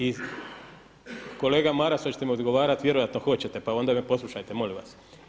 I kolega Maras, hoćete mi odgovarati, vjerojatno hoćete, pa onda me poslušajte molim vas.